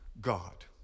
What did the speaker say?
God